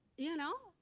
you know?